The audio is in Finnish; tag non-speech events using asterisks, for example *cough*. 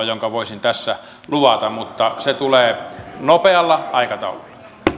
*unintelligible* jonka voisin tässä luvata mutta se tulee nopealla aikataululla